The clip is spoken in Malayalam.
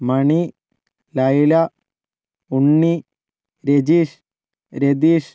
മണി ലൈല ഉണ്ണി ലിജീഷ് രതീഷ്